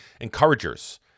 encouragers